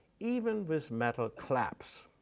even with metal clasps.